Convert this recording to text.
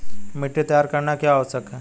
मिट्टी तैयार करना क्यों आवश्यक है?